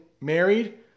married